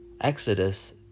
Exodus